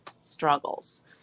struggles